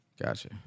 Gotcha